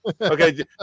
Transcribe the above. Okay